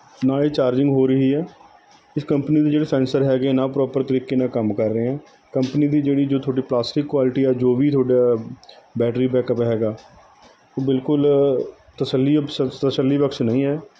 ਨਾ ਇਹ ਚਾਰਜਿੰਗ ਹੋ ਰਹੀ ਹੈ ਇਸ ਕੰਪਨੀ ਦੇ ਜਿਹੜੇ ਸੈਂਸਰ ਹੈਗੇ ਨਾ ਪਰੋਪਰ ਤਰੀਕੇ ਨਾਲ ਕੰਮ ਕਰ ਰਹੇ ਹੈ ਕੰਪਨੀ ਦੀ ਜਿਹੜੀ ਜੋ ਤੁਹਾਡੇ ਪਲਾਸਟਿਕ ਕੁਆਲਿਟੀ ਆ ਜੋ ਵੀ ਤੁਹਡਾ ਬੈਟਰੀ ਬੈਕਅੱਪ ਹੈਗਾ ਓਹ ਬਿਲਕੁਲ ਤਸੱਲੀ ਅਬ ਤਸ ਤਸੱਲੀਬਖਸ਼ ਨਹੀਂ ਹੈ